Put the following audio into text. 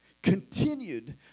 continued